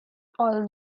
all